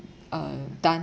uh done